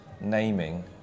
naming